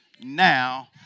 now